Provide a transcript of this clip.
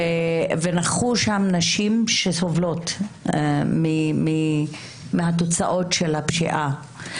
ונכחו שם נשים שסובלות מהתוצאות של הפשיעה.